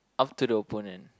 up to the opponent